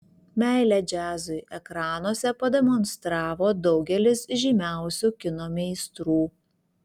meilę džiazui ekranuose pademonstravo daugelis žymiausių kino meistrų